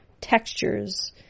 Textures